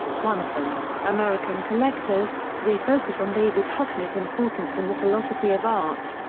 one of them, american collectors, re-focus on david hockney's importance in the philosophy of art.